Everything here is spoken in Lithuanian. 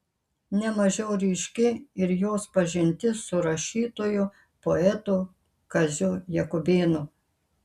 ne mažiau ryški ir jos pažintis su rašytoju poetu kaziu jakubėnu